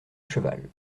cheval